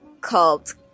called